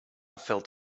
felt